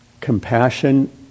compassion